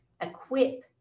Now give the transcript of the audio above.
equip